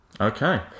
Okay